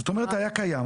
זאת אומרת היה קיים,